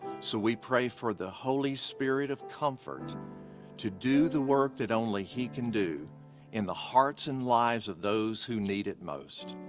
so we pray for the holy spirit of comfort to do the work that only he can do in the hearts and lives of those who need it most.